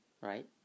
right